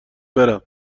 برم